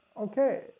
okay